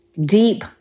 deep